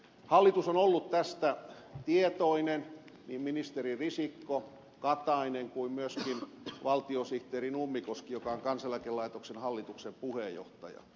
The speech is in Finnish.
hallitus on ollut tästä tietoinen niin ministerit risikko katainen kuin myöskin valtiosihteeri nummikoski joka on kansaneläkelaitoksen hallituksen puheenjohtaja